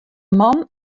man